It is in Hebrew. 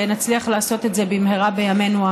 שנצליח לעשות את זה במהרה בימינו,